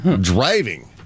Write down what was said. driving